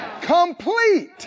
Complete